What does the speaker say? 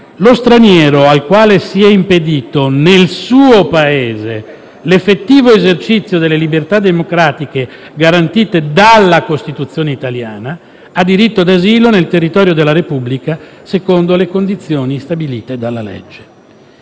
«Lo straniero, al quale sia impedito nel suo Paese l'effettivo esercizio delle libertà democratiche garantite dalla Costituzione italiana, ha diritto d'asilo nel territorio della Repubblica, secondo le condizioni stabilite dalla legge».